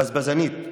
בזבזנית.